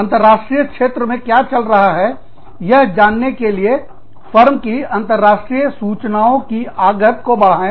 अंतरराष्ट्रीय क्षेत्र में क्या चल रहा है यह जानने के लिए फर्म की अंतरराष्ट्रीय सूचनाओं की आगत को बढ़ाएं